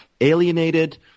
alienated